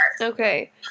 Okay